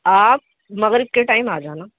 آپ مغرب کے ٹائم آ جانا